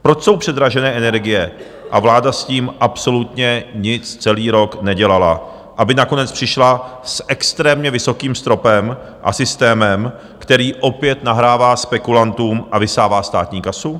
Proč jsou předražené energie a vláda s tím absolutně nic celý rok nedělala, aby nakonec přišla s extrémně vysokým stropem a systémem, který opět nahrává spekulantům a vysává státní kasu?